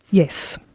yes,